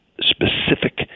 specific